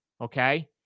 Okay